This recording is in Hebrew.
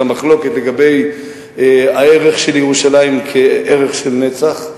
את המחלוקת לגבי הערך של ירושלים כערך של נצח,